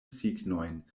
signojn